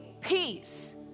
peace